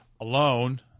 alone